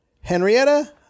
Henrietta